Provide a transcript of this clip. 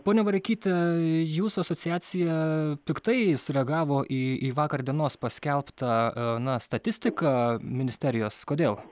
ponia vareikyte jūsų asociacija piktai sureagavo į į vakar dienos paskelbtą na statistiką ministerijos kodėl